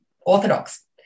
orthodox